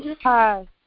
Hi